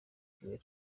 kigali